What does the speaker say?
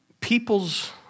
People's